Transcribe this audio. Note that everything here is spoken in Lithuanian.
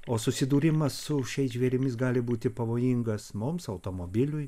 o susidūrimas su šiais žvėrimis gali būti pavojingas mums automobiliui